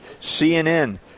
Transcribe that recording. CNN